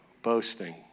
boasting